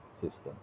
system